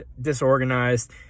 disorganized